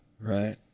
right